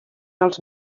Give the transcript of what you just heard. els